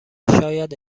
شاید